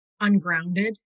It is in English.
ungrounded